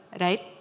Right